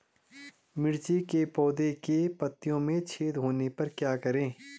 मिर्ची के पौधों के पत्तियों में छेद होने पर क्या करें?